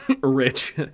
rich